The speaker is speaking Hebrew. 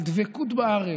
של דבקות בארץ,